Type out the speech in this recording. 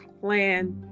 plan